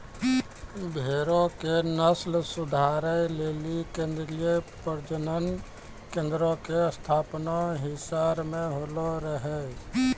भेड़ो के नस्ल सुधारै लेली केन्द्रीय प्रजनन केन्द्रो के स्थापना हिसार मे होलो रहै